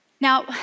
Now